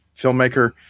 filmmaker